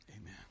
Amen